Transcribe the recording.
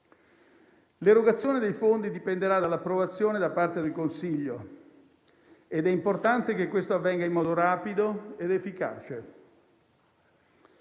L'erogazione dei fondi dipenderà dall'approvazione da parte del Consiglio ed è importante che questo avvenga in modo rapido ed efficace.